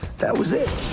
that was it.